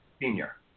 Senior